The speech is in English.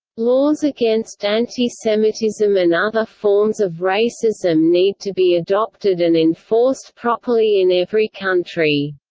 laws against anti-semitism and other forms of racism need to be adopted and enforced properly in every country.